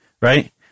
right